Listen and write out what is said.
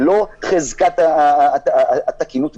ללא חזקת התקינות,